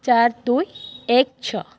ଚାରି ଦୁଇ ଏକ ଛଅ